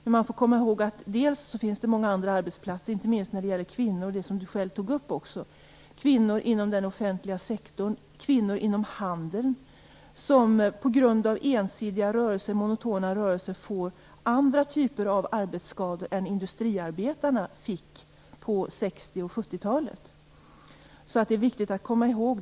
Men man får komma ihåg att det finns många andra arbetsplatser. Det gäller inte minst det som Ann-Kristine Johansson tog upp, dvs. kvinnor inom den offentliga sektorn och kvinnor inom handeln som på grund av monotona rörelser får andra typer av arbetsskador än de som industriarbetarna fick på 60 och 70-talen. Detta är viktigt att komma ihåg.